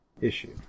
issue